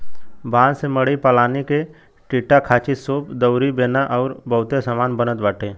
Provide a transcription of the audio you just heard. बांस से मड़ई पलानी के टाटीखांचीसूप दउरी बेना अउरी बहुते सामान बनत बाटे